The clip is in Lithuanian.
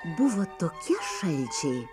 buvo tokie šalčiai